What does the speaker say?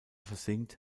versinkt